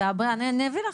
הפיקוח, אני אביא לך,